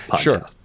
Sure